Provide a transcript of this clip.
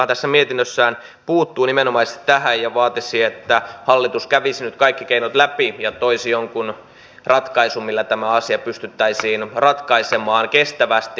valtiovarainvaliokuntahan tässä mietinnössään puuttui nimenomaisesti tähän ja vaati että hallitus kävisi nyt kaikki keinot läpi ja toisi jonkun ratkaisun millä tämä asia pystyttäisiin ratkaisemaan kestävästi